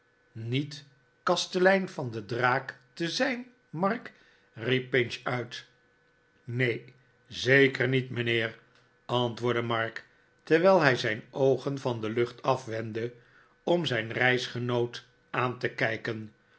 niet kastelein van de draak te zijn mark riep pinch uit r neen zeker niet mijnheer antwoordde mark terwijl hij zijn oogen van de lucht afwendde om zijn reisgenoot aan te kijken